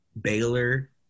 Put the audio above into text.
Baylor